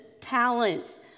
talents